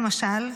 למשל,